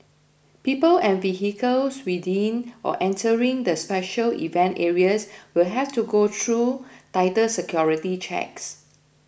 people and vehicles within or entering the special event areas will have to go through tighter security checks